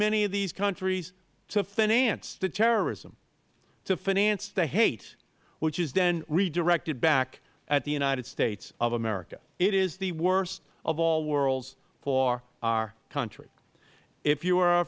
many of these countries to finance the terrorism to finance the hate which is then redirected back at the united states of america it is the worst of all worlds for our country if you are